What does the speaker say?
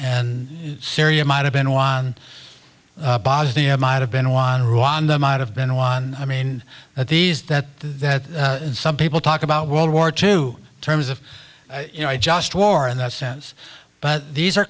and syria might have been while bosnia might have been won rwanda might have been won i mean that these that that some people talk about world war two terms of you know just war in that sense but these are